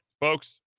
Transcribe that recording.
folks